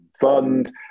fund